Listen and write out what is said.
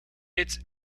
its